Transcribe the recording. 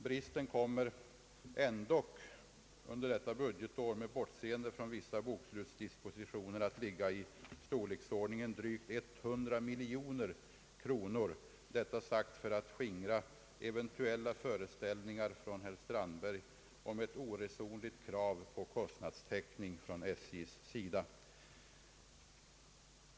Bristen kommer under detta budgetår, om man bortser från vissa bokslutsdispositioner, att vara av storleksordningen 100 miljoner kronor, detta sagt för att skingra eventuella föreställningar hos herr Strandberg om ett oresonligt krav på kostnadstäckning från SJ:s sida.